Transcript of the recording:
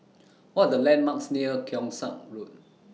What Are The landmarks near Keong Saik Road